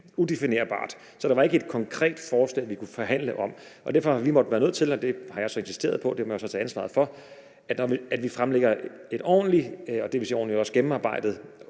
udefinerbart. Så der var ikke et konkret forslag, vi kunne forhandle om. Derfor har vi været nødt til at sige, og det har jeg så insisteret på, og det må jo så tage ansvaret for, at vi fremlægger et ordentligt, dvs. også gennemarbejdet